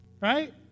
right